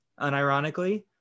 unironically